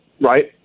right